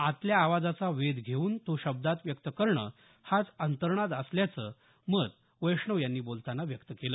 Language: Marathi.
आतल्या आवाजाचा वेध घेऊन तो शब्दांत व्यक्त करणं हाच अंतर्नाद असल्याचं मत वैष्णव यांनी बोलतांना व्यक्त केलं